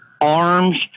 arms